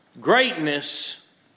Greatness